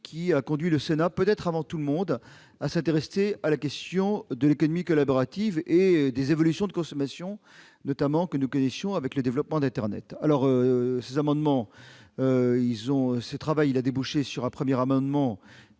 qui a conduit le Sénat, peut-être avant tout le monde, à s'intéresser à la question de l'économie collaborative et aux évolutions de consommation que nous connaissions avec le développement d'Internet. Ce travail a débouché sur un premier amendement,